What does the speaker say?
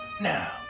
Now